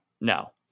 no